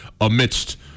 amidst